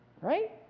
right